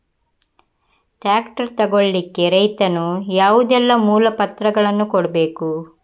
Tractor ತೆಗೊಳ್ಳಿಕೆ ರೈತನು ಯಾವುದೆಲ್ಲ ಮೂಲಪತ್ರಗಳನ್ನು ಕೊಡ್ಬೇಕು?